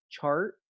chart